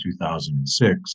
2006